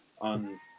on